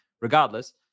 regardless